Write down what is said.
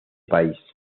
país